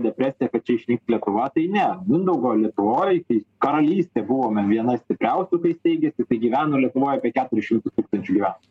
depresija kad čia išnyks lietuva tai ne mindaugo lietuvoj kai karalystė buvome vienas stipriausių kai steigėsi tai gyveno lietuvoj apie keturis šimtus tūkstančių gyventojų